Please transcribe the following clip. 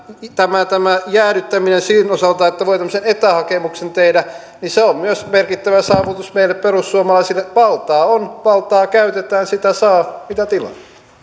tämä tämä jäädyttäminen sen osalta että voi tämmöisen etähakemuksen tehdä on myös merkittävä saavutus meille perussuomalaisille valtaa on valtaa käytetään sitä saa mitä tilaa